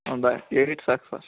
ಒಂದು ಏಯ್ಟ್ ಸಾಕು ಸರ್